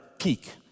peak